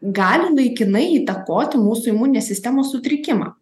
gali laikinai įtakoti mūsų imuninės sistemos sutrikimą